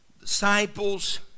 Disciples